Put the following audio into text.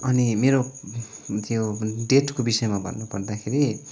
अनि मेरो त्यो डेटको विषयमा भन्नु पर्दाखेरि